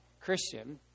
Christian